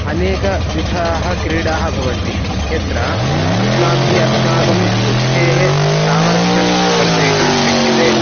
अनेकविधाः क्रीडाः भवन्ति यत्र अस्माभिः अस्माकं बुद्धेः सामर्थ्यं वर्धयितुं शक्यते